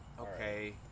okay